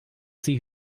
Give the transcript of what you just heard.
sie